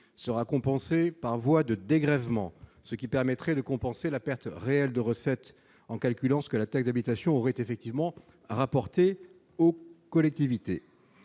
sera compensée par voie de dégrèvement, ce qui permettrait de compenser la perte réelle de recettes en calculant ce que la taxe d'habitation aurait effectivement rapporté aux collectivités,